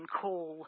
call